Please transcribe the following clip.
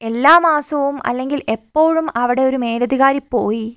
എല്ലാ മാസവും അല്ലെങ്കിൽ എപ്പോഴും അവിടെയൊരു മേലധികാരി പോയി